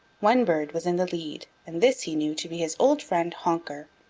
one bird was in the lead and this he knew to be his old friend, honker.